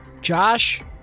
Josh